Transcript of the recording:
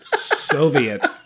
Soviet